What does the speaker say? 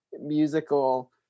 musical